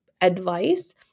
advice